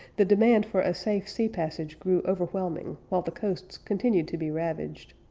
the demand for a safe sea passage grew overwhelming, while the coasts continued to be ravaged.